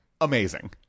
Amazing